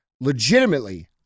legitimately